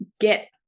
get